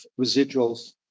residuals